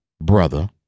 brother